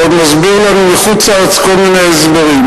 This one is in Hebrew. ועוד מסביר לנו מחוץ-לארץ כל מיני הסברים.